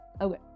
Okay